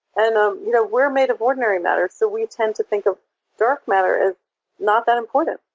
and um you know we're made of ordinary matter so we tend to think of dark matter as not that important.